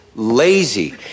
lazy